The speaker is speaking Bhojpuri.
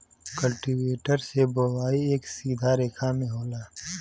कल्टीवेटर से बोवाई एक सीधा रेखा में होला